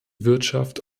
wirtschaft